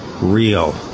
real